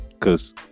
Cause